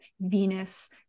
Venus